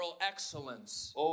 excellence